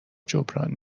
جبران